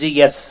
yes